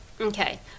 Okay